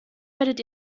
werdet